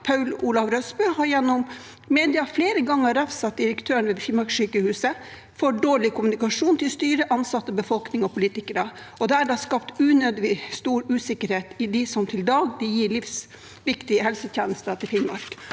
Paul Olav Røsbø, har gjennom media flere ganger refset direktøren ved Finnmarkssykehuset for dårlig kommunikasjon til styret, ansatte, befolkning og politikere, og for derved å ha skapt unødig stor usikkerhet for dem som til daglig gir livsviktige helsetjenester til Finnmark.